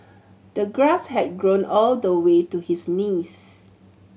the grass had grown all the way to his knees